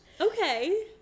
Okay